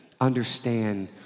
understand